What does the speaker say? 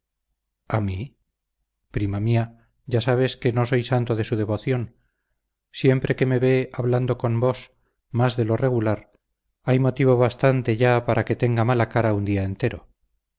a mí prima mía ya sabéis que no soy santo de su devoción siempre que me ve hablando con vos más de lo regular hay motivo bastante ya para que tenga mala cara un día entero